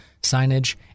signage